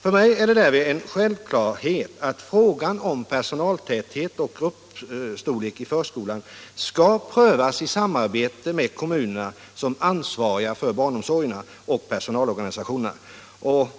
För mig är det därför en självklarhet att frågan om personaltäthet och gruppstorlek i förskolan skall prövas i samarbete med kommunerna såsom ansvariga för barnomsorgen och personalorganisationerna.